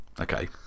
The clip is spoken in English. Okay